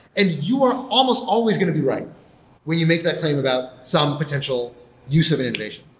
and you are almost always going to be right when you make that claim about some potential use of an innovation.